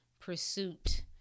pursuit